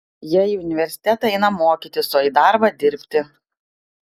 jie į universitetą eina mokytis o į darbą dirbti